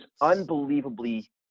unbelievably